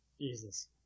Jesus